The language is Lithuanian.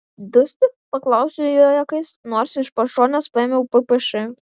dusti paklausiau jo juokais nors iš pašonės paėmiau ppš